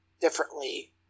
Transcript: differently